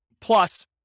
plus